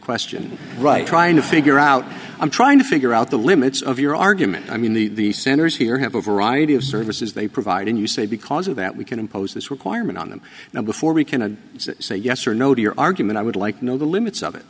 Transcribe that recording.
question right trying to figure out i'm trying to figure out the limits of your argument i mean the the centers here have a variety of services they provide and you say because of that we can impose this requirement on them now before we can a say yes or no to your argument i would like to know the limits of it